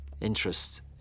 interest